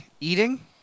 eating